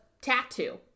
tattoo